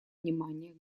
внимания